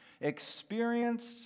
experienced